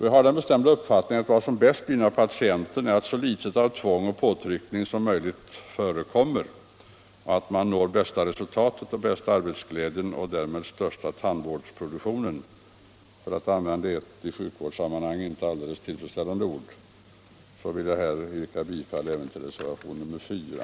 Vi har den bestämda uppfattningen att vad som bäst gynnar patienten är att så litet som möjligt av tvång och påtryckning förekommer och att man når bästa resultatet och arbetsglädjen och därmed den största tandvårdsproduktionen — för att använda ett i sjukvårdssammanhang inte alldeles tillfredsställande ord — och jag vill därför yrka bifall till reservationen 4.